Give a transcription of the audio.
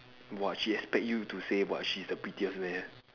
!wah! she expect you to say what she's the prettiest meh